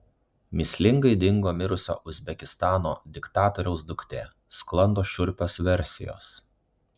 mįslingai dingo mirusio uzbekistano diktatoriaus duktė sklando šiurpios versijos